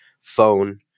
phone